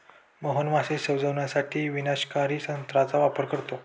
मोहन मासे शिजवण्यासाठी विनाशकारी तंत्राचा वापर करतो